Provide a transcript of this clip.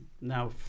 Now